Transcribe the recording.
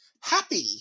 happy